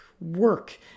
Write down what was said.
work